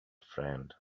friend